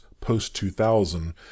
post-2000